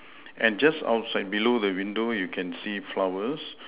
and just outside below the window you can see flowers